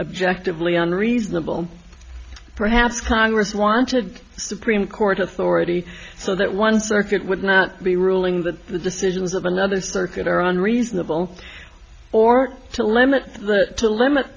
objective leon reasonable perhaps congress wanted supreme court authority so that one circuit would not be ruling that the decisions of another circuit are unreasonable or to limit that to limit